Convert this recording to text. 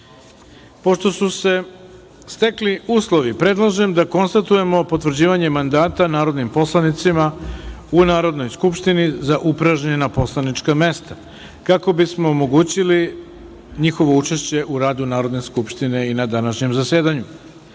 su se stekli uslovi, predlažem da konstatujemo potvrđivanje mandata narodnim poslanicima u Narodnoj skupštini za upražnjena poslanička mesta, kako bismo omogućili njihovo učešće u radu Narodne skupštine i na današnjem zasedanju. Uručena